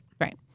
Right